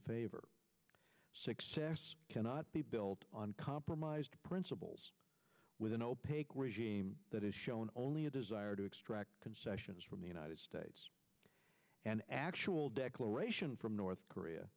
favor success cannot be built on compromised principles with an opaque regime that is shown only a desire to extract concessions from the united states an actual declaration from north korea